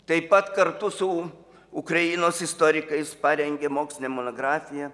taip pat kartu su ukrainos istorikais parengė mokslinę monografiją